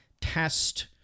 test